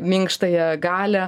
minkštąją galią